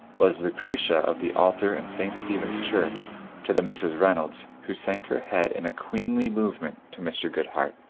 was lucretia of the altar in st stephen's church to the mrs. reynolds who sank her head in a queenly movement to mr. goodhart.